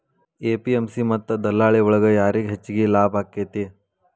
APMC ಮತ್ತ ದಲ್ಲಾಳಿ ಒಳಗ ಯಾರಿಗ್ ಹೆಚ್ಚಿಗೆ ಲಾಭ ಆಕೆತ್ತಿ?